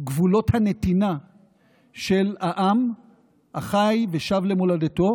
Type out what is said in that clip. גבולות הנתינה של העם החי ושב למולדתו,